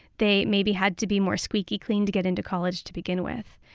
they maybe had to be more squeaky clean to get into college to begin with.